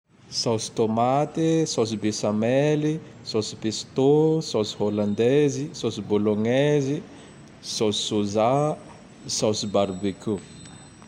Sôs tomate, sôs besamele, sôs pestô, sôs hollandaizy, sôs bôlôgnaizy, sôs sôja, sôs barbekio.